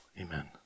Amen